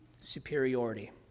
superiority